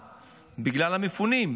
בגלל המלחמה, בגלל המפונים,